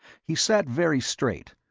he sat very straight,